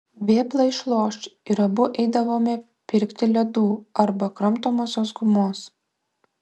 vėpla išloš ir abu eidavome pirkti ledų arba kramtomosios gumos